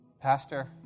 Pastor